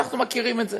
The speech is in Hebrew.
אנחנו מכירים את זה.